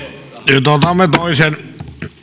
nyt otamme toisen